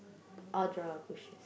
I'll draw bushes